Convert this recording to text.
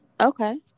okay